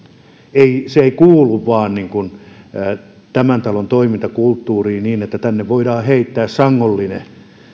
se ei vain kuulu tämän talon toimintakulttuuriin että tänne voidaan heittää sangollinen